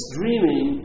dreaming